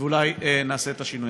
ואולי נעשה את השינוי.